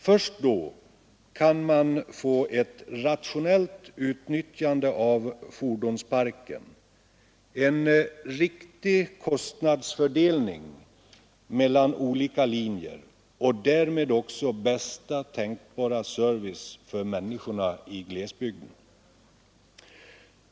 Först då kan man få ett rationellt utnyttjande av fordonsparken; en riktig kostnadsfördelning mellan olika linjer och därmed bästa tänkbara service för människorna i glesbygden.